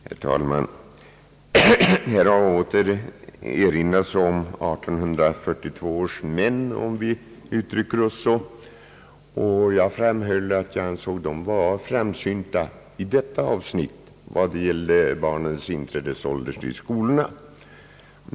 Herr talman! Här har åter erinrats om 1842 års män, om vi får uttrycka oss så, och jag framhöll att jag ansåg dem framsynta när det gällde barnens inträdesålder i skolorna.